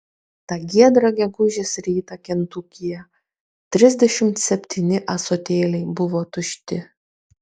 tą giedrą gegužės rytą kentukyje trisdešimt septyni ąsotėliai buvo tušti